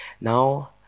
now